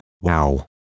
wow